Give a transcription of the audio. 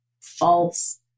False